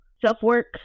self-work